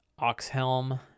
Oxhelm